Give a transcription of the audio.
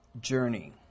journey